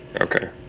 Okay